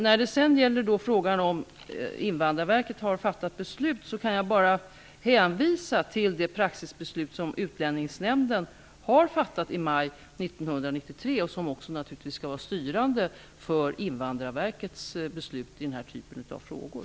När det gäller Invandrarverkets beslut kan jag bara hänvisa till det praxisbeslut som Utlänningsnämnden fattade i maj 1993 och som naturligtvis skall vara styrande för Invandrarverkets beslut i denna typ av frågor.